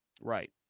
Right